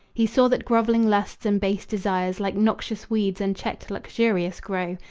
he saw that groveling lusts and base desires like noxious weeds unchecked luxurious grow,